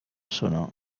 sonor